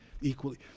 equally